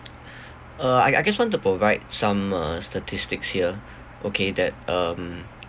uh I I just want to provide some uh statistics here okay that um